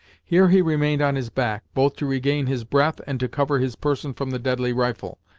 here he remained on his back, both to regain his breath and to cover his person from the deadly rifle.